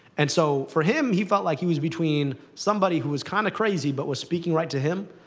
and so, for him, he felt like he was between somebody who was kind of crazy, but was speaking right to him,